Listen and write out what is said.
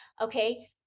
Okay